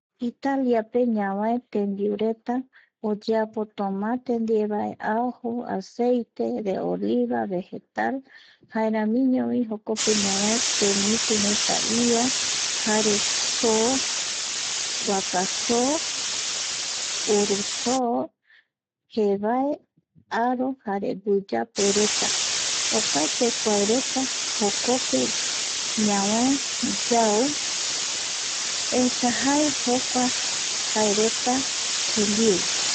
Italiape ñavae tembiureta oyeapo tomate ndievae ajo, aceite de oliva, vegetal jaeramiñovi ñavae jokope temitireta ia jare só guaka soo, uru soo jevae, arojare guiyapereta ,opaete kuareta jokope ñavae yau,,esa jae jokuae jaereta jembiu